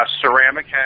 ceramic